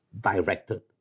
directed